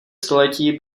století